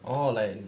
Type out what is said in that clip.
orh like